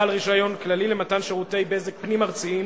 בעל רשיון כללי למתן שירותי בזק פנים-ארציים